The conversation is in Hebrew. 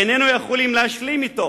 איננו יכולים להשלים אתו"